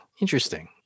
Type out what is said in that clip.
interesting